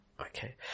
okay